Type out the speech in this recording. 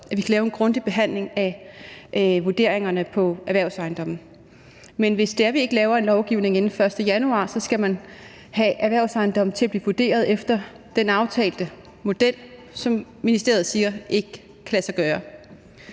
at vi skal lave en grundig behandling af vurderingerne på erhvervsejendomme. Men hvis det er sådan, at vi ikke laver en lovgivning inden 1. januar, så skal man have erhvervsejendomme til at blive vurderet efter den aftalte model, som ministeriet siger ikke kan lade sig gøre.